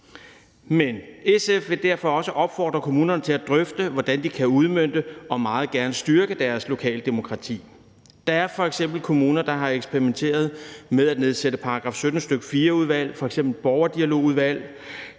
orden. SF vil derfor også opfordre kommunerne til at drøfte, hvordan de kan udmønte og meget gerne styrke deres lokale demokrati. Der er f.eks. kommuner, der har eksperimenteret med at nedsætte § 17, stk. 4–udvalg, f.eks. borgerdialogudvalg.